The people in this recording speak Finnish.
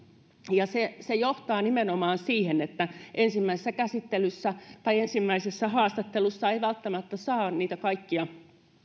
ja se se johtaa nimenomaan siihen että ensimmäisessä käsittelyssä tai ensimmäisessä haastattelussa ei välttämättä saa kaikkia